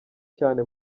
cyane